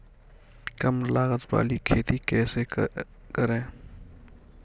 कम लागत वाली खेती कैसे करें?